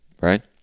right